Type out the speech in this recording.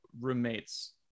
roommates